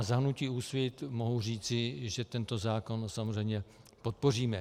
Za hnutí Úsvit mohu říci, že tento zákon samozřejmě podpoříme.